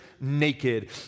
naked